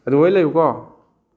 ꯑꯗꯨ ꯑꯣꯏ ꯂꯩꯌꯨꯀꯣ